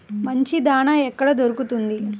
మంచి దాణా ఎక్కడ దొరుకుతుంది?